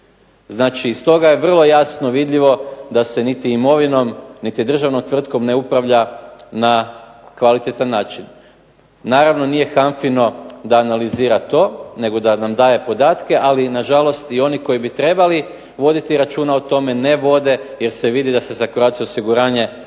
Znači stoga je vrlo jasno vidljivo da se niti imovinom niti državnom tvrtkom ne upravlja na kvalitetan način. Naravno, nije HANFA-ino da analizira to nego da nam daje podatke, ali na žalost i oni koji bi trebali voditi računa o tome, ne vode, jer se vidi da se za Croatia osiguranje ne